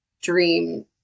dream